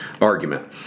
argument